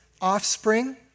offspring